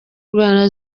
rwanda